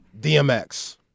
Dmx